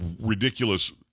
ridiculous